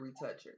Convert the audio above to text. retoucher